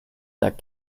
that